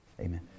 Amen